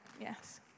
Yes